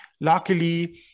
luckily